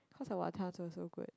cause her wanton so so good